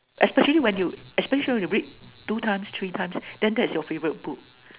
especially when you especially when you read two times three times then that's your favourite book